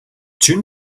june